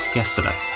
yesterday